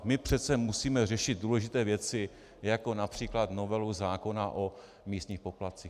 My přece musíme řešit důležité věci, jako například novelu zákona o místních poplatcích.